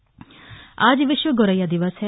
विश्व गोरैया दिवस आज विश्व गोरैया दिवस है